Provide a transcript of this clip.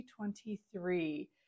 2023